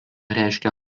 reiškia